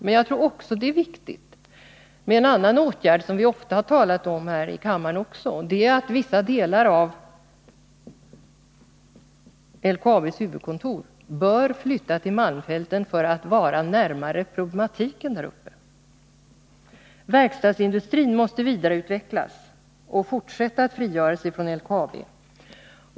Men jag tror att även en annan åtgärd som vi också har talat om i kammaren är viktig, och det är att vissa delar av LKAB:s huvudkontor bör flytta till malmfälten, för att vara närmare problematiken där uppe och att verkstadsindustrin måste vidareutvecklas och fortsätta att frigöra sig från LKAB.